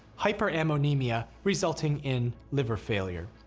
hyperammonemia, resulting in liver failure.